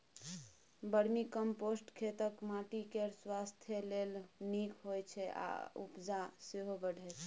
vermicompost खेतक माटि केर स्वास्थ्य लेल नीक होइ छै आ उपजा सेहो बढ़य छै